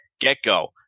get-go